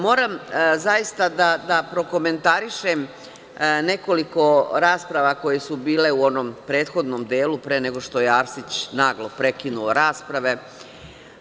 Moram zaista da prokomentarišem nekoliko rasprava koje su bile u onom prethodnom delu, pre nego što je Arsić naglo prekinuo raspravu.